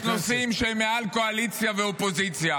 יש נושאים שהם מעל קואליציה ואופוזיציה.